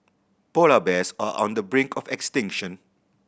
polar bears are on the brink of extinction